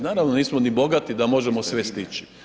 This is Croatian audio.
Naravno nismo ni bogati da možemo sve stići.